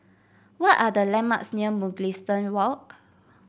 what are the landmarks near Mugliston Walk